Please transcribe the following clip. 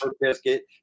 biscuit